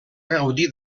gaudir